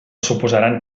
suposaran